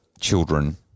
children